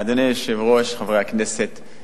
אדוני היושב-ראש, חברי הכנסת,